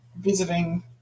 visiting